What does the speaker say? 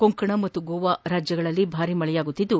ಕೊಂಕಣ ಮತ್ತು ಗೋವಾದಲ್ಲೆಡೆ ಭಾರೀ ಮಳೆಯಾಗುತ್ತಿದ್ದು